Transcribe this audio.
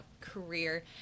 career